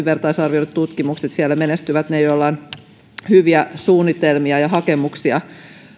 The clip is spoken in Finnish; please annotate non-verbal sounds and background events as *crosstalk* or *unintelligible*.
*unintelligible* vertaisarvioidut tutkimukset siellä menestyvät ne joilla on hyviä suunnitelmia ja hakemuksia